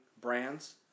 brands